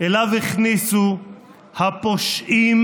שאליו הכניסו את אזרחי ישראל הפושעים